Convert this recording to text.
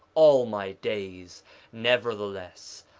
all my days nevertheless,